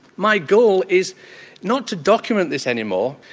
my goal is not to document this anymore.